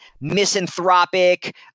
misanthropic